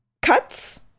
Cuts